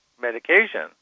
medication